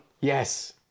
Yes